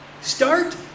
Start